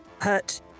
hurt